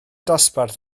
dosbarth